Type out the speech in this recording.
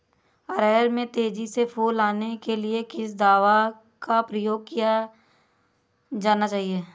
अरहर में तेजी से फूल आने के लिए किस दवा का प्रयोग किया जाना चाहिए?